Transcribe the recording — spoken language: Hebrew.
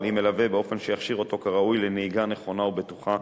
עם מלווה באופן שיכשיר אותו כראוי לנהיגה נכונה ובטוחה,